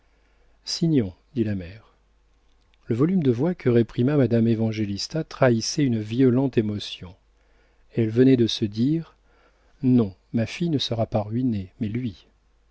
signons dit la mère le volume de voix que réprima madame évangélista trahissait une violente émotion elle venait de se dire non ma fille ne sera pas ruinée mais lui